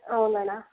ಹೌದಣ್ಣ